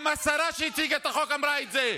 גם השרה שהציגה את החוק אמרה את זה.